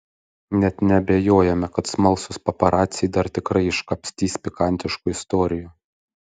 net neabejojame kad smalsūs paparaciai dar tikrai iškapstys pikantiškų istorijų